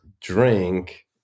drink